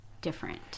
different